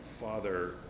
father